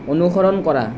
অনুসৰণ কৰা